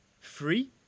free